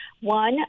One